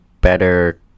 better